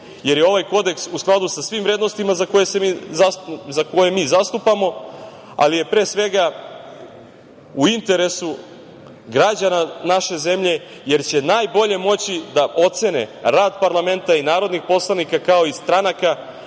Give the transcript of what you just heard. jer je ovaj Kodeks u skladu sa svim vrednostima koje mi zastupamo, ali je pre svega u interesu građana naše zemlje, jer će najbolje moći da ocene rad parlamenta i narodnih poslanika, kao i stranaka,